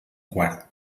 guard